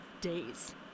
days